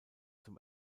zum